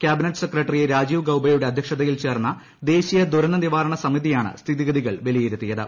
cabinet secretary Rajiv ഗൌബയുട്ടു അധ്യക്ഷതയിൽ ചേർന്ന ദേശീയ് ദൂരന്ത നിവാരണ സ്മിത്യിയാണ് സ്ഥിതിഗതികൾ വിലയിരുത്തിയത്